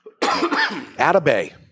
Atabay